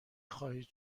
خواهید